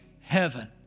heaven